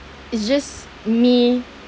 it's just me